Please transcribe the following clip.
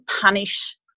punish